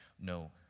no